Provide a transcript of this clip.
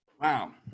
wow